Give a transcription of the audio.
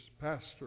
pastor